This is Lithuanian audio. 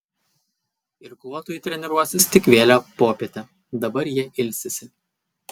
irkluotojai treniruosis tik vėlią popietę dabar jie ilsisi